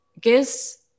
guess